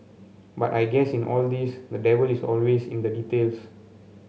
but I guess in all this the devil is always in the details